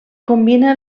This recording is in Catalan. combina